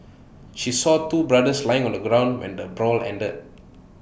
she saw two brothers lying on the ground when the brawl ended